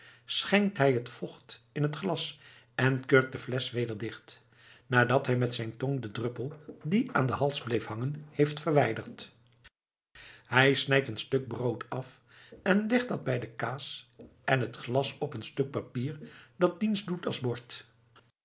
schenkt hij het vocht in het glas en kurkt de flesch weder dicht nadat hij met zijn tong den druppel die aan den hals bleef hangen heeft verwijderd hij snijdt een stuk brood af en legt dat bij de kaas en t glas op een stuk papier dat dienst doet als bord